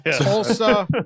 Tulsa